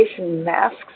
masks